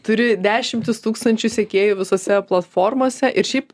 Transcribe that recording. turi dešimtis tūkstančių sekėjų visose platformose ir šiaip